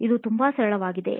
ಇದು ತುಂಬಾ ಸರಳವಾಗಿದೆ